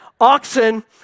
oxen